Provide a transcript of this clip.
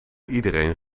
iedereen